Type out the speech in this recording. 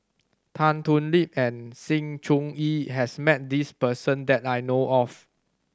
Tan Thoon Lip and Sng Choon Yee has met this person that I know of